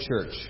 church